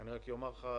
אני רק אומר לך,